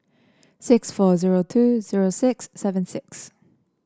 six four zero two zero six seven six